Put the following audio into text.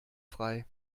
frei